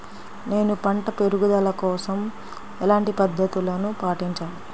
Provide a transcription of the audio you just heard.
నేను పంట పెరుగుదల కోసం ఎలాంటి పద్దతులను పాటించాలి?